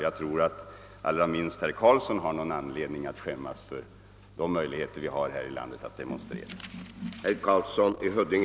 Jag tror att allra minst herr Karlsson har någon anledning att skämmas för de möjligheter vi har att demonstrera i vårt land.